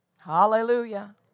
Hallelujah